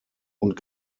und